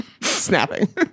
snapping